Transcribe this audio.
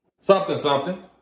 something-something